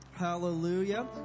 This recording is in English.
hallelujah